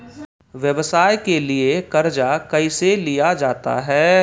व्यवसाय के लिए कर्जा कैसे लिया जाता हैं?